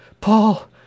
Paul